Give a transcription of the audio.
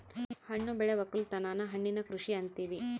ಹಣ್ಣು ಬೆಳೆ ವಕ್ಕಲುತನನ ಹಣ್ಣಿನ ಕೃಷಿ ಅಂತಿವಿ